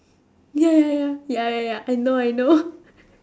ya ya ya ya ya ya I know I know